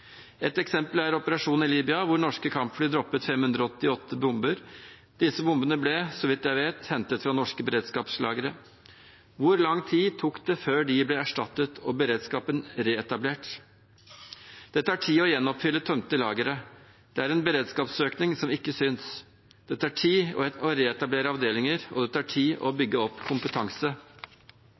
Et eksempel er operasjonen i Libya, hvor norske kampfly droppet 588 bomber. Disse bombene ble, så vidt jeg vet, hentet fra norske beredskapslagre. Hvor lang tid tok det før de ble erstattet og beredskapen reetablert? Det tar tid å gjenoppfylle tømte lagre. Det er en beredskapsøkning som ikke synes. Det tar tid å reetablere avdelinger, og det tar tid å bygge opp kompetanse.